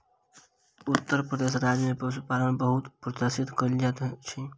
उत्तर प्रदेश राज्य में पशुपालन के बहुत प्रोत्साहित कयल जाइत अछि